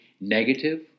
negative